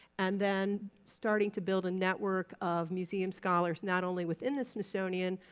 and then starting to build a network of museum scholars, not only within the smithsonian,